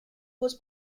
was